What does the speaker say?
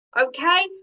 okay